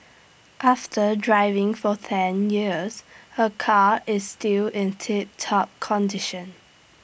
after driving for ten years her car is still in tiptop condition